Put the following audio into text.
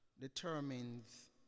determines